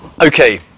Okay